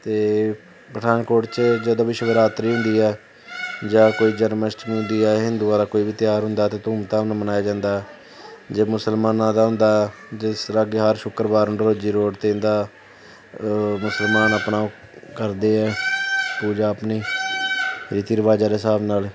ਅਤੇ ਪਠਾਨਕੋਟ 'ਚ ਜਦੋਂ ਵੀ ਸ਼ਿਵਰਾਤਰੀ ਹੁੰਦੀ ਹੈ ਜਾਂ ਕੋਈ ਜਨਮਅਸ਼ਟਮੀ ਹੁੰਦੀ ਆ ਹਿੰਦੂਆਂ ਦਾ ਕੋਈ ਵੀ ਤਿਉਹਾਰ ਹੁੰਦਾ ਹੈ ਅਤੇ ਧੂਮ ਧਾਮ ਮਨਾਇਆ ਜਾਂਦਾ ਜੇ ਮੁਸਲਮਾਨਾਂ ਦਾ ਹੁੰਦਾ ਜਿਸ ਤਰ੍ਹਾਂ ਕੇ ਹਰ ਸ਼ੁੱਕਰਵਾਰ ਨੂੰ ਰੋਜੇ ਰੋਡ 'ਤੇ ਇਹਦਾ ਮੁਸਲਮਾਨ ਆਪਣਾ ਕਰਦੇ ਹੈ ਪੂਜਾ ਆਪਣੀ ਰੀਤੀ ਰਿਵਾਜ਼ਾ ਦੇ ਹਿਸਾਬ ਨਾਲ